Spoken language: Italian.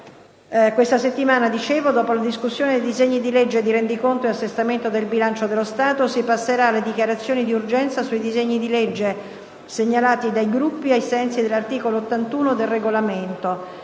Questa settimana, dopo la discussione dei disegni di legge di rendiconto e assestamento del bilancio dello Stato si passerà alle dichiarazioni di urgenza sui disegni di legge segnalati dai Gruppi ai sensi dell'articolo 81 del Regolamento,